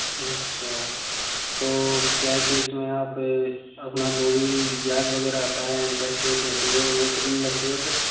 अच्छा तो क्या है कि इसमें आप अपना जो भी ब्याज वगैरह आता है इन्ट्रेस्ट रेट होती है वो कितनी लगती है फिर